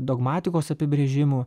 dogmatikos apibrėžimų